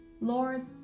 Lord